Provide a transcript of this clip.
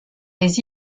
les